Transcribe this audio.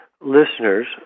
listeners